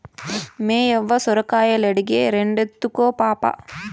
మేయవ్వ సొరకాయలడిగే, రెండెత్తుకో పాపా